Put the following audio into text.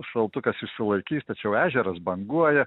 šaltukas išsilaikys tačiau ežeras banguoja